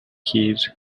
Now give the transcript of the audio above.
keys